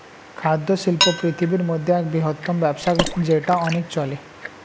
খাদ্য শিল্প পৃথিবীর মধ্যে এক বৃহত্তম ব্যবসা যেটা অনেক চলে